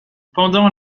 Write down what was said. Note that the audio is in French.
pendant